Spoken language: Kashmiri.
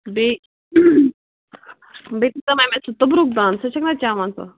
بیٚیہِ بیٚیہِ دِیُتوے نا سُہ توٚبرُک دانہٕ سُہ چھَکھ نا چٮ۪وان ژٕ